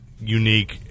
unique –